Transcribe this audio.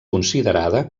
considerada